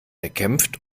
erkämpft